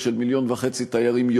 כי פחות או יותר ביום השנה לרצח הנערים לא